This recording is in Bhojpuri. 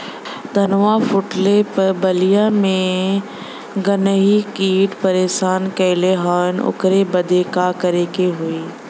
धनवा फूटले पर बलिया में गान्ही कीट परेशान कइले हवन ओकरे बदे का करे होई?